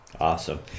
Awesome